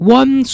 one